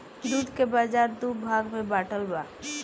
दूध के बाजार दू भाग में बाटल बा